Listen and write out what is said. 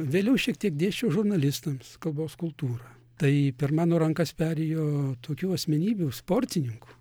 vėliau šiek tiek dėsčiau žurnalistams kalbos kultūrą tai per mano rankas perėjo tokių asmenybių sportininkų